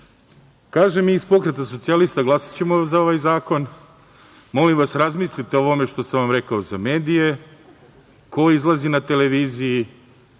mi iz Pokreta socijalista glasaćemo za ovaj zakon. Molim vas, razmislite o ovome što sam vam rekao za medije, ko izlazi na televiziju,